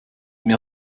mir